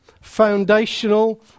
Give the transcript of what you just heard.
foundational